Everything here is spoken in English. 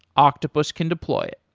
octopus can deploy it.